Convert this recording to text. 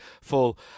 full